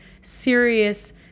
serious